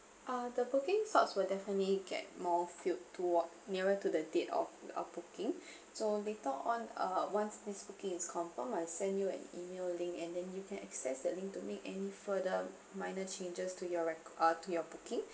uh the booking source will definitely get more felt toward nearer to the date of uh booking so later on uh once this booking is confirmed I'll send you an email link and then you can access that link to make any further minor changes to your re uh to your booking